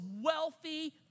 wealthy